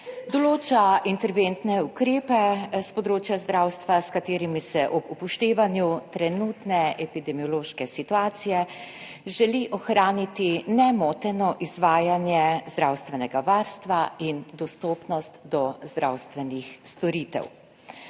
določa interventne ukrepe s področja zdravstva, s katerimi se ob upoštevanju trenutne epidemiološke situacije želi ohraniti nemoteno izvajanje zdravstvenega varstva in dostopnost do zdravstvenih storitev.